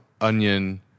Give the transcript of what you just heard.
onion